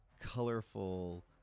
colorful